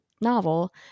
novel